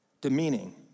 demeaning